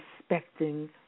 respecting